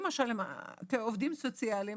למשל עובדים סוציאליים